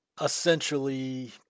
essentially